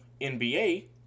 NBA